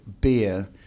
beer